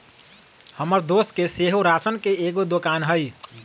हमर दोस के सेहो राशन के एगो दोकान हइ